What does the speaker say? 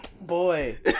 Boy